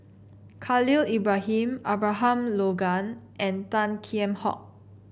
Khalil Ibrahim Abraham Logan and Tan Kheam Hock